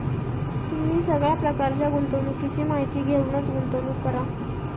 तुम्ही सगळ्या प्रकारच्या गुंतवणुकीची माहिती घेऊनच गुंतवणूक करा